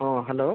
ହଁ ହ୍ୟାଲୋ